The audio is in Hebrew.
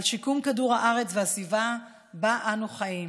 שיקום כדור הארץ והסביבה שבה אנו חיים.